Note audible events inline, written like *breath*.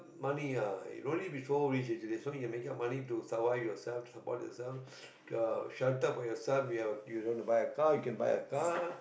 money ah no need be so rich actually making up money to survive yourself support yourself *breath* to have shelter for yourself if you you want to buy a car you can buy a car